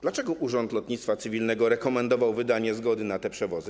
Dlaczego Urząd Lotnictwa Cywilnego rekomendował wydanie zgody na te przewozy?